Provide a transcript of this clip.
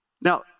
Now